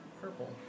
purple